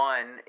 One